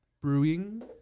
brewing